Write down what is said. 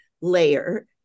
layer